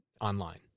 online